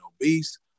obese